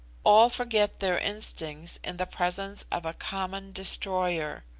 all forget their instincts in the presence of a common destroyer.